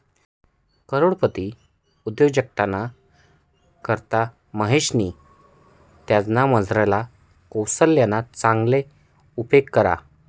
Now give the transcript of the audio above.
करोडपती उद्योजकताना करता महेशनी त्यानामझारला कोशल्यना चांगला उपेग करा